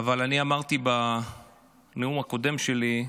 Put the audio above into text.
אבל אני אמרתי בנאום הקודם שלי,